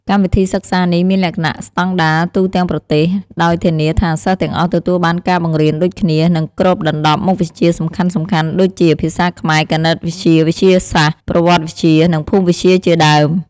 កម្មវិធីសិក្សានេះមានលក្ខណៈស្តង់ដារទូទាំងប្រទេស ដោយធានាថាសិស្សទាំងអស់ទទួលបានការបង្រៀនដូចគ្នា និងគ្របដណ្តប់មុខវិជ្ជាសំខាន់ៗដូចជា ភាសាខ្មែរ គណិតវិទ្យា វិទ្យាសាស្ត្រ ប្រវត្តិវិទ្យា និងភូមិវិទ្យាជាដើម។